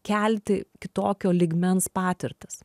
kelti kitokio lygmens patirtis